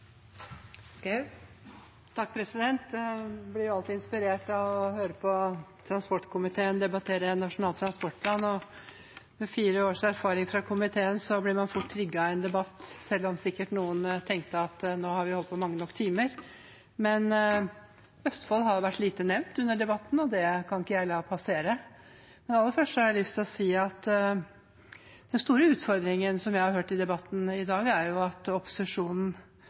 alltid inspirert av å høre på transportkomiteen debattere Nasjonal transportplan. Med fire års erfaring fra komiteen blir man fort trigget i en debatt, selv om noen sikkert tenkte at nå har vi holdt på i mange nok timer, men Østfold har vært lite nevnt under debatten, og det kan jeg ikke la passere. Aller først har jeg lyst til å si at den store utfordringen som jeg har hørt i debatten i dag, er at opposisjonen